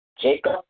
Jacob